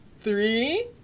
three